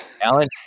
Alan